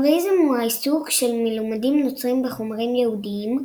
הבראיזם הוא העיסוק של מלומדים נוצרים בחומרים יהודים,